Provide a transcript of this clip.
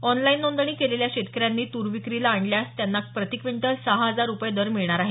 online नोंदणी केलेल्या शेतकऱ्यांनी तूर विक्रीला आणल्यास त्यांना प्रतिक्विंटल सहा हजार रुपये दर मिळणार आहे